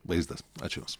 vaizdas ačiū jums